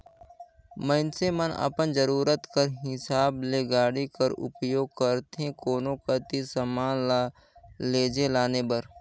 मइनसे मन अपन जरूरत कर हिसाब ले गाड़ी कर उपियोग करथे कोनो कती समान ल लेइजे लाने बर